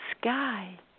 sky